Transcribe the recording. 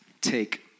take